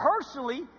personally